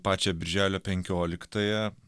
pačią birželio penkioliktąją